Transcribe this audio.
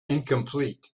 incomplete